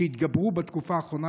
שהתגברו בתקופה האחרונה,